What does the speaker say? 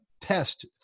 test